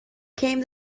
came